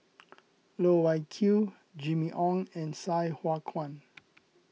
Loh Wai Kiew Jimmy Ong and Sai Hua Kuan